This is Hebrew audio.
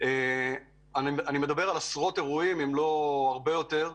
אני מדבר על עשרות אירועים אם לא הרבה יותר.